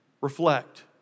Reflect